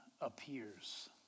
appears